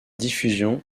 diffusion